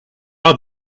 are